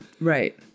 Right